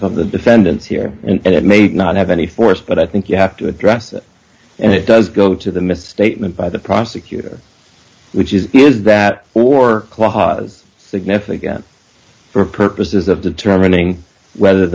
your of the defendants here and it may not have any force but i think you have to address it and it does go to the misstatement by the prosecutor which is is that war significant for purposes of determining whether